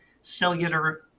cellular